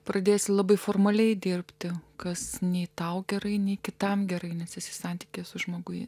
pradėsi labai formaliai dirbti kas nei tau gerai nei kitam gerai nes esi santykis su žmoguje